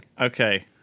Okay